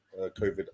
COVID